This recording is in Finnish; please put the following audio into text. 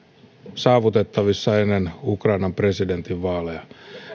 saavutettavissa ennen ukrainan presidentinvaaleja